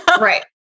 Right